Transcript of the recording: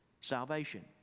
salvation